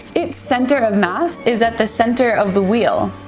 its center of mass is at the center of the wheel.